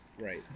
right